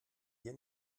hier